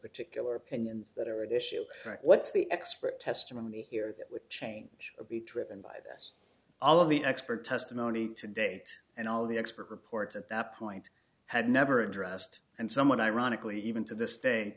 particular opinions that are at issue what's the expert testimony here would change be driven by this all of the expert testimony today and all the expert reports at that point had never addressed and somewhat ironically even to this day